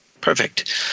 Perfect